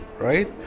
right